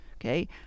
Okay